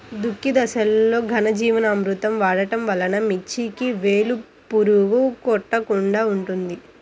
దుక్కి దశలో ఘనజీవామృతం వాడటం వలన మిర్చికి వేలు పురుగు కొట్టకుండా ఉంటుంది?